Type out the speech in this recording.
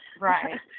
right